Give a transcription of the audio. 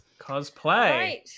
cosplay